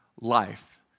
life